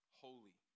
holy